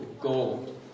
gold